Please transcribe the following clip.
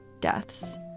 deaths